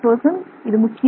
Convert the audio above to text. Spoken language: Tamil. இது முக்கியமான ஒன்று